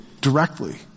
directly